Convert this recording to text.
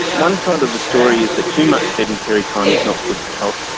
one side of the story is that too much sedentary time is not good for health.